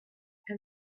and